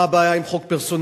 מה הבעיה עם חוק פרסונלי?